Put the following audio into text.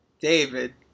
David